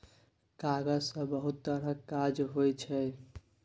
कागज सँ बहुत तरहक काज होइ छै